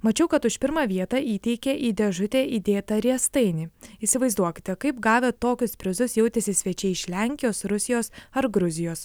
mačiau kad už pirmą vietą įteikė į dėžutę įdėtą riestainį įsivaizduokite kaip gavę tokius prizus jautėsi svečiai iš lenkijos rusijos ar gruzijos